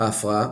ההפרעה